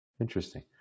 interesting